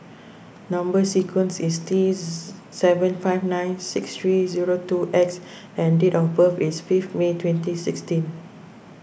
Number Sequence is T Z seven five nine six three zero two X and date of birth is fifth May twenty sixteen